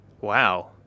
Wow